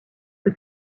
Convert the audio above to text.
que